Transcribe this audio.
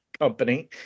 Company